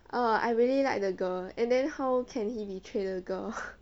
err I really like the girl and then how can he betray the girl